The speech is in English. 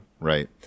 right